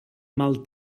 mal